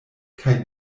kaj